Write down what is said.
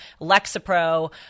Lexapro